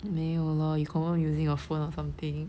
没有 lor you confirm using your phone or something